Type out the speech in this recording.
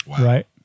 right